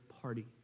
party